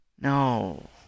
no